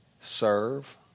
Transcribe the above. serve